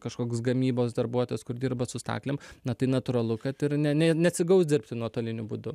kažkoks gamybos darbuotojas kur dirba su staklėm na tai natūralu kad ir ne ne nesigaus dirbti nuotoliniu būdu